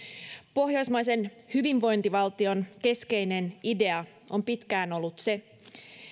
pohjoismaisen hyvinvointivaltion keskeinen idea on pitkään ollut se